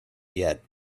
yet